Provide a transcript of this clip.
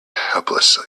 helplessly